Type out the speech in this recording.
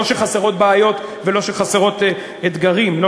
לא שחסרות בעיות ולא שחסרים אתגרים,